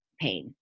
pain